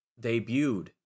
debuted